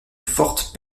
forte